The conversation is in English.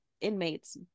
inmates